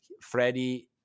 Freddie